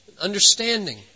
understanding